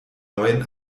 neuen